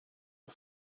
are